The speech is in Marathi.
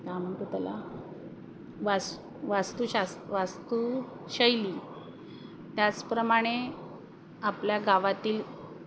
काय म्हणतो त्याला वास वास्तूशास्त्र वास्तूशैली त्याचप्रमाणे आपल्या गावातील